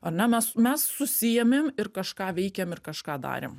ar ne mes mes susiėmėm ir kažką veikėm ir kažką darėm